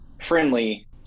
friendly